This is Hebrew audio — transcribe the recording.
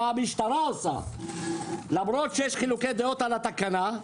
מה המשטרה עושה למרות שיש חילוקי דעות על התקנה,